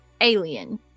alien